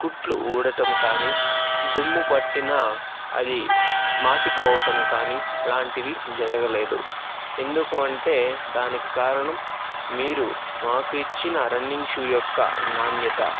కుట్లు ఊడటం కానీ దుమ్ము పట్టిన అది మాసిపోవటం కానీ ఇలాంటివి జరగలేదు ఎందుకు అంటే దానికి కారణం మీరు మాకు ఇచ్చిన రన్నింగ్ షూ యొక్క నాణ్యత